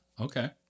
Okay